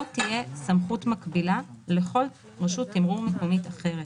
לא תהיה סמכות מקבילה לכל רשות תימרור מקומית אחרת.